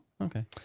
Okay